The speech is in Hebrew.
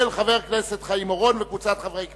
של חבר הכנסת חיים אורון וקבוצת חברי הכנסת.